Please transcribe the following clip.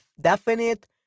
definite